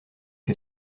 que